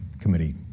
committee